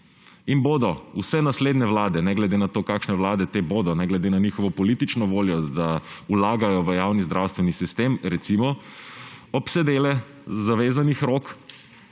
bodo vse naslednje vlade, ne glede na to, kakšne te vlade bodo, ne glede na njihovo politično voljo, da vlagajo v javni zdravstveni sistem, recimo, obsedele zavezanih rok,